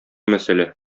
мәсьәлә